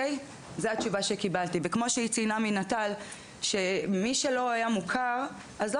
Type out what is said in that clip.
זו התשובה שקיבלתי וכמו שהיא ציינה מנט"ל שמי שלא היה מוכר אז לא